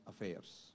affairs